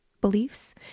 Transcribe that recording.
beliefs